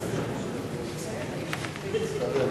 תודה.